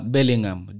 Bellingham